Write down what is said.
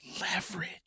leverage